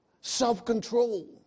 Self-control